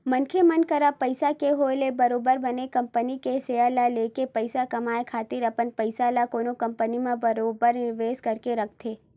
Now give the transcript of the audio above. मनखे मन करा पइसा के होय ले बरोबर बने कंपनी के सेयर ल लेके पइसा कमाए खातिर अपन पइसा ल कोनो कंपनी म बरोबर निवेस करके रखथे